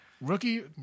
Rookie